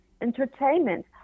entertainment